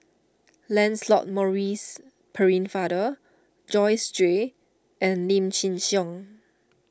Lancelot Maurice Pennefather Joyce Jue and Lim Chin Siong